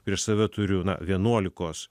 prieš save turiu na vienuolikos